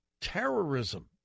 terrorism